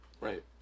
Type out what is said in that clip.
right